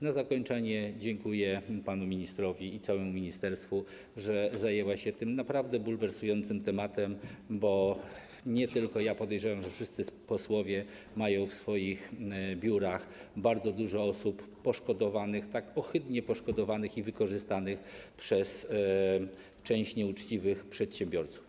Na zakończenie dziękuję panu ministrowi i całemu ministerstwu, że zajęli się tym naprawdę bulwersującym tematem, bo nie tylko ja mam, podejrzewam, że wszyscy posłowie mają w swoich biurach bardzo dużo osób poszkodowanych, tak ohydnie poszkodowanych i wykorzystanych przez część nieuczciwych przedsiębiorców.